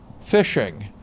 fishing